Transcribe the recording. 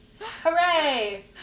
hooray